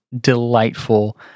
delightful